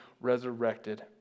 resurrected